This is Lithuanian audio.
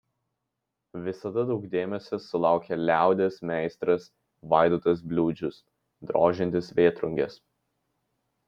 visada daug dėmesio sulaukia liaudies meistras vaidotas bliūdžius drožiantis vėtrunges